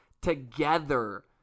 together